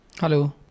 Hello